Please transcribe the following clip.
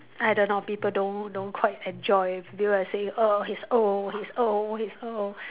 I don't know people don't don't quite enjoy people were saying oh he's old he's old he's old